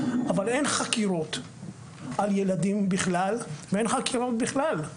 אבל אין חקירות על ילדים בכלל ואין חקירות בכלל.